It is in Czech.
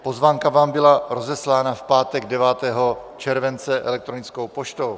Pozvánka vám byla rozeslána v pátek 9. července elektronickou poštou.